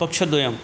पक्षद्वयं